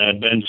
Ben